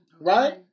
right